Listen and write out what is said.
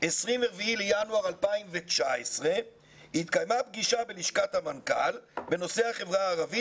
24 בינואר 2019 התקיימה פגישה בלשכת המנכ"ל בנושא החברה הערבית,